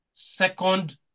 Second